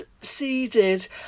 seeded